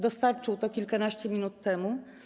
Dostarczył to kilkanaście minut temu.